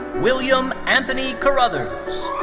william anthony carrouthers.